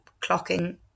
clocking